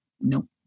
No